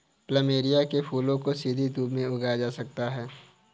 plumeria के फूलों को सीधी धूप में उगाया जा सकता है